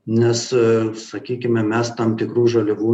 nes sakykime mes tam tikrų žaliavų